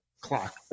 clock